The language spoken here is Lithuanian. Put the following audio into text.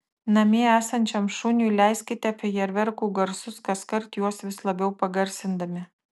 namie esančiam šuniui leiskite fejerverkų garsus kaskart juos vis labiau pagarsindami